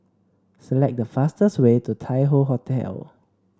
select the fastest way to Tai Hoe Hotel